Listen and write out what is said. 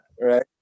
Right